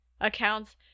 accounts